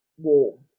warm